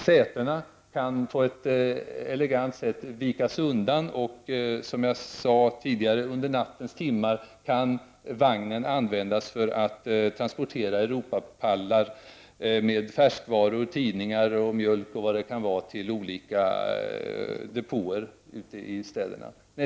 Sätena kan på ett elegant sätt vikas undan, och under nattens timmar kan vagnen, som jag sade tidigare, användas för att transportera europapallar med färskvaror, tidningar, mjölk m.m. till olika depåer i städerna.